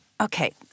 Okay